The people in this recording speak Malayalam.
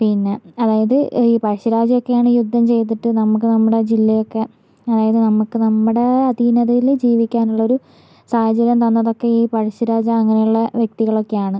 പിന്നെ അതായത് ഈ പഴശ്ശിരാജ ഒക്കെയാണ് ഈ യുദ്ധം ചെയ്തിട്ട് നമ്മുക്ക് നമ്മുടെ ജില്ലയൊക്കെ അതായത് നമ്മുക്ക് നമ്മുടെ അധീനതയിൽ ജീവിക്കാനുള്ളൊരു സാഹചര്യം തന്നതൊക്കെ ഈ പഴശ്ശിരാജ അങ്ങനെയുള്ള വ്യക്തികളൊക്കെയാണ്